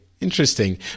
interesting